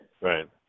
Right